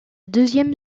deuxième